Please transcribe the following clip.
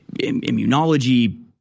immunology